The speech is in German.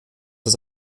das